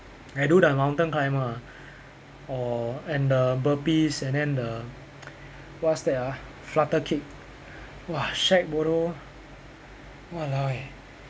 I do the mountain climber ah or and the burpees and then the what's that ah flutter kick !wah! shag bodoh !walao! eh